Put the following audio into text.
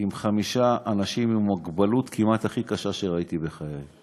עם חמישה אנשים עם מוגבלות כמעט הכי קשה שראיתי בחיי,